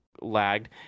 lagged